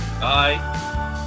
Bye